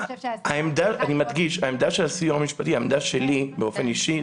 אני אומר את העמדה שלי באופן אישי,